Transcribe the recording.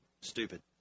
stupid